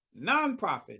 nonprofit